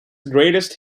greatest